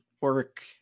Work